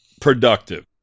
productive